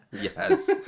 yes